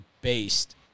based